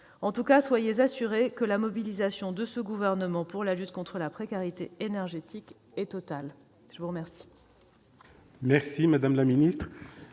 En tout cas, soyez assurés que la mobilisation de ce gouvernement pour la lutte contre la précarité énergétique est totale. Nous allons